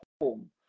home